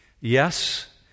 Yes